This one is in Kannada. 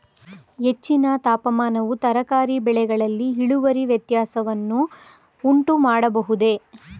ಹೆಚ್ಚಿನ ತಾಪಮಾನವು ತರಕಾರಿ ಬೆಳೆಗಳಲ್ಲಿ ಇಳುವರಿ ವ್ಯತ್ಯಾಸವನ್ನು ಉಂಟುಮಾಡಬಹುದೇ?